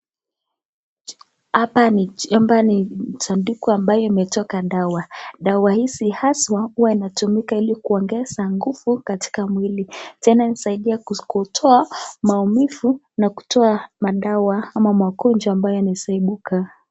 Hapa ni sanduku ambayo imetoka dawa, dawa hizi haswa huwa inatumika ili kuongeza nguvu katika mwili, tena husaidia kutoa maumivu na kutoa madawa ama magonjwa ambayo yanaeza ibuka.